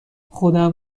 خودم